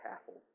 castles